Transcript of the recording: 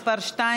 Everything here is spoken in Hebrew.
עמיר פרץ,